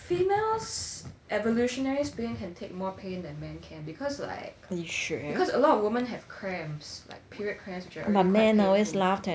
females evolutionary speaking can take more pain than men can because like because a lot of women have cramps like period cramps which are quite painful